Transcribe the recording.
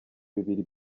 bibiri